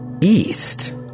east